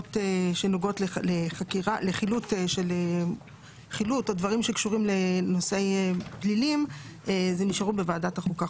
בסמכויות שנוגעות לחילוט ונושאים פלילים יישארו בוועדת החוקה,